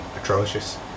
atrocious